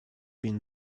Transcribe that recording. been